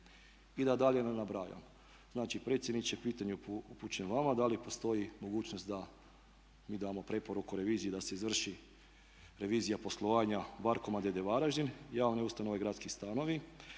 i da dalje ne nabrajam. Znači predsjedniče pitanje upućujem vama da li postoji mogućnost da mi damo preporuku reviziji da se izvrši revizija poslovanja Barkoma d.d. Varaždin, javne ustanove Gradski stanovi,